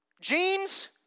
Jeans